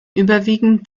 überwiegend